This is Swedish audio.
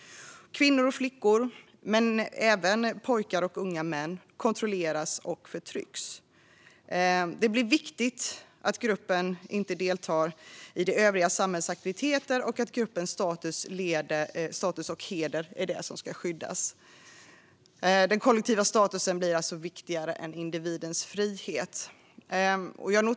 Kvinnor och flickor, men även pojkar och unga män, kontrolleras och förtrycks. Det blir viktigt att gruppen inte deltar i övriga samhällets aktiviteter. Det är gruppens status och heder som ska skyddas. Den kollektiva statusen blir alltså viktigare än individens frihet. Fru talman!